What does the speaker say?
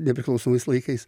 nepriklausomais laikais